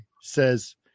says